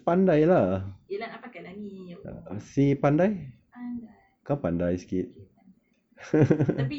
ya lah nak pakai lah ni pandai okay pandai tapi